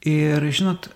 ir žinot